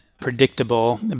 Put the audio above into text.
predictable